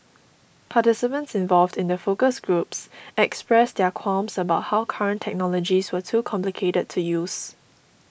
participants involved in the focus groups expressed their qualms about how current technologies were too complicated to use